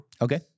Okay